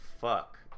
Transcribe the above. fuck